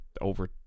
over